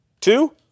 two